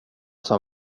som